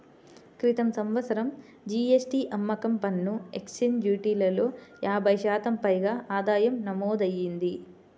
క్రితం సంవత్సరం జీ.ఎస్.టీ, అమ్మకం పన్ను, ఎక్సైజ్ డ్యూటీలలో యాభై శాతం పైగా ఆదాయం నమోదయ్యింది